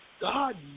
God